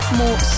more